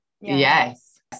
yes